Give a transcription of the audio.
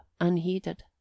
unheeded